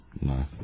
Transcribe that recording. No